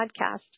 podcast